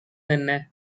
தென்ன